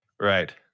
Right